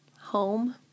home